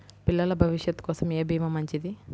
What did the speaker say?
పిల్లల భవిష్యత్ కోసం ఏ భీమా మంచిది?